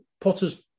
Potter's